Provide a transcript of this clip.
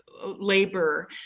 Labor